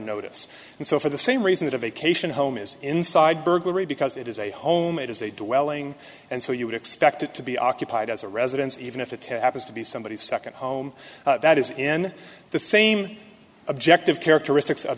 notice and so for the same reason that a vacation home is inside burglary because it is a home it is a dwelling and so you would expect it to be occupied as a residence even if it happens to be somebody's second home that is in the same objective characteristics o